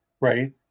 Right